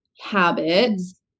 habits